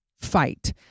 fight